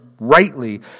rightly